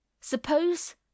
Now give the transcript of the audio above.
Suppose